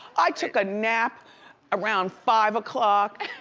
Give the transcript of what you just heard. i took a nap around five o'clock.